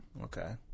Okay